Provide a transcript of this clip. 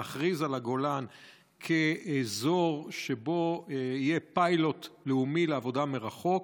להכריז על הגולן כאזור שבו יהיה פיילוט לאומי לעבודה מרחוק,